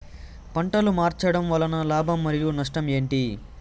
పంటలు మార్చడం వలన లాభం మరియు నష్టం ఏంటి